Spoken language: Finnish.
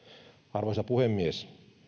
arvoisa puhemies